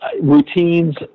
routines